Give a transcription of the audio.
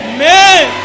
Amen